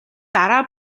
дараа